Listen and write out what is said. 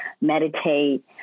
meditate